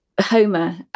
Homer